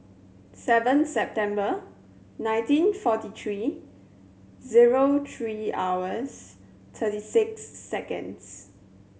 seven September nineteen forty three zero three hours thirty six seconds